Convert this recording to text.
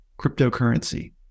cryptocurrency